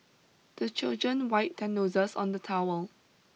the children wipe their noses on the towel